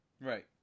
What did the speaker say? Right